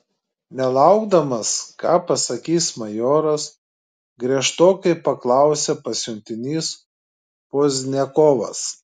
nelaukdamas ką pasakys majoras griežtokai paklausė pasiuntinys pozdniakovas